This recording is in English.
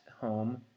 home